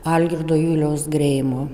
algirdo juliaus greimo